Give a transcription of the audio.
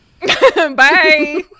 Bye